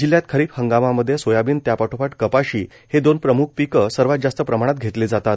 जिल्ह्यात खरीप हंगामामध्ये सोयाबीन त्यापाठोपाठ कपाशी हे दोन प्रम्ख पीक सर्वात जास्त प्रमाणात घेतले जातात